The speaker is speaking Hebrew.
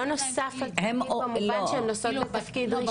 נוסף על תפקיד במובן שהן נושאות בתפקיד רשמי.